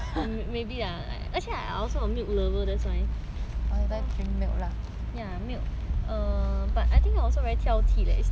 milk lover that's why milk but I think I also very 挑剔 it's not all milk I like to drink